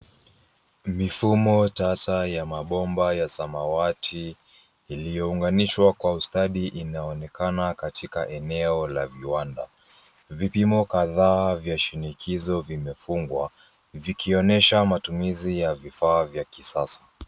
Mifumo tasa ya mabomba ya samawati iliyounganishwa kwa ustadi inaonekana katika eneo la viwanda, vipimo kadhaa vya shinikizo vimefungwa vikionyesha matumizi ya vifaa vya kisasa.